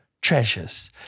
treasures